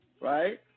right